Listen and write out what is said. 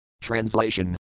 Translation